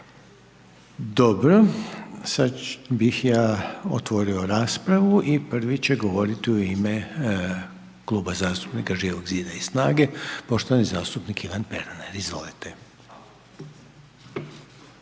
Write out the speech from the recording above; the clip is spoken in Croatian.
Dobro. Sada bih ja otvorio raspravu i prvi će govoriti u ime Kluba zastupnika Živog zida i snage poštovani zastupnik Ivan Pernar. Izvolite.